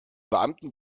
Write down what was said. beamten